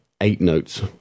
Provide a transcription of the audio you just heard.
eight-notes